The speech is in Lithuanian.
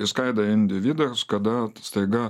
išskaidai individas kada staiga